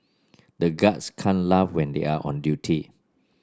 the guards can't laugh when they are on duty